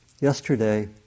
yesterday